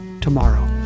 tomorrow